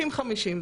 זה 50:50,